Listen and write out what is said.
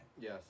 Yes